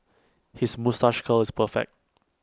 his moustache curl is perfect